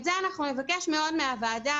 את זה אנחנו נבקש מאוד מהוועדה,